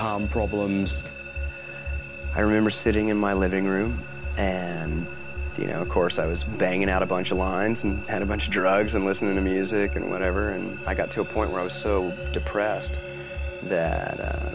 problems i remember sitting in my living room and you know of course i was banging out a bunch of lines and much drugs and listening to music and whatever and i got to a point where i was so depressed